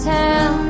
town